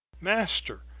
Master